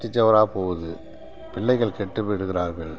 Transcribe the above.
குட்டிச் சுவராக போகுது பிள்ளைகள் கெட்டு விடுகிறார்கள்